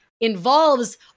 involves